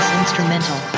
instrumental